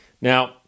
Now